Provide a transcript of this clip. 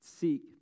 Seek